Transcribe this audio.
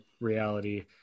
reality